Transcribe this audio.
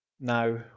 Now